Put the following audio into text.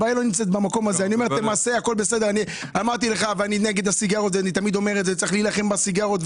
צריך להילחם בסיגריות,